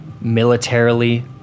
Militarily